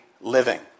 living